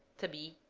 to be,